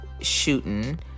shooting